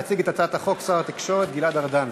יציג את הצעת החוק שר התקשורת גלעד ארדן.